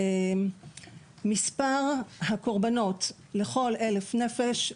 שמספר הקורבנות לכל 1,000 נפש,